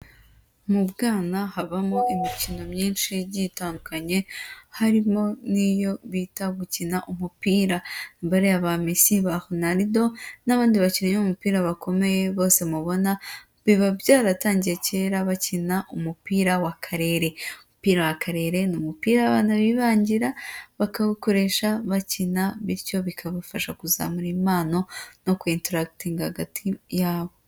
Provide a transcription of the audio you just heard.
Mu bwana habamo imikino myinshi yitandukanye harimo n'iyo bita gukina umupira. Bariya ba Messi ba Ronaldo n'abandi bakinnyi b'umupira bakomeye bose mubona biba byaratangiye kera bakina umupira wa karere. Umupira wa karere ni umupira abana bibangira bakawukoresha bakina bityo bikabafasha kuzamura impano no kwintaragitinga hagati yabo.